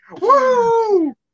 woo